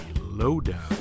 Lowdown